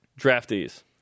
draftees